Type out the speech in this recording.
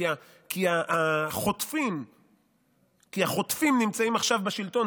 כי החוטפים נמצאים עכשיו בשלטון,